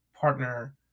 partner